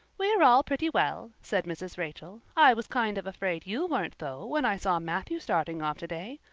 we're all pretty well, said mrs. rachel. i was kind of afraid you weren't, though, when i saw matthew starting off today.